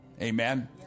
Amen